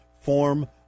form